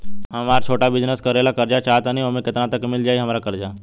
हमरा छोटा बिजनेस करे ला कर्जा चाहि त ओमे केतना तक मिल जायी हमरा कर्जा?